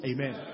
Amen